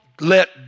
let